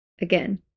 again